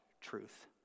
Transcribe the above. truth